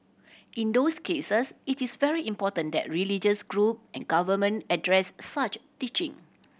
in those cases it is very important that religious group and government address such teaching